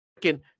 freaking